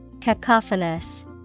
Cacophonous